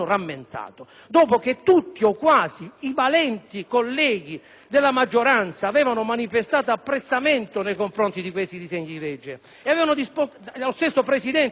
della maggioranza avevano manifestato apprezzamento nei loro confronti e lo stesso presidente Berselli aveva dichiarato disponibilità a garantire tempi rapidi per il lavoro.